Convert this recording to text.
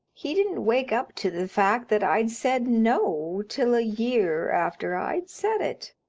he didn't wake up to the fact that i'd said no till a year after i'd said it.